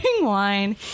wine